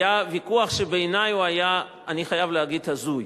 היה ויכוח שבעיני הוא היה, אני חייב להגיד, הזוי.